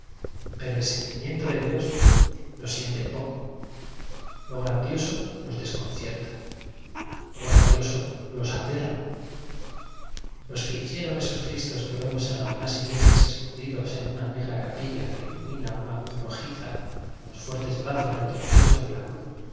pero el sentimiento de dios lo sienten poco lo grandioso los desconcierta lo grandioso los aterra los que hicieron esos cristos que vemos en al gunas iglesias escondidos en una negra capilla que ilumina una luz rojiza con los fuertes brazos retorcidos sobre la cruz